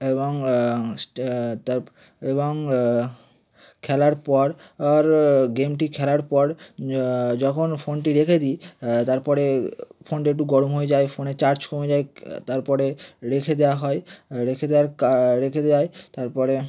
এবং স্টে তার এবং খেলার পর আর গেমটি খেলার পর যখন ফোনটি রেখে দিই তারপরে ফোনটা একটু গরম হয়ে যায় ফোনের চার্জ কমে যায় তারপরে রেখে দেওয়া হয় রেখে দেওয়ার কা রেখে দেওয়ায় তারপরে